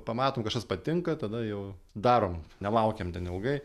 pamatom kažkas patinka tada jau darom nelaukiam ten ilgai